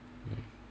mm